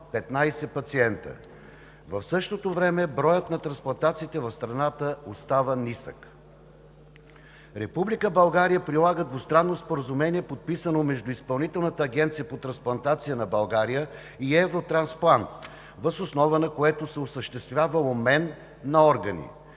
15, в същото време броят на трансплантациите в страната остава нисък. Република България прилага двустранно споразумение, подписано между Изпълнителната агенция по трансплантация на България и Евротрансплант, въз основа на което се осъществява обмен на органи.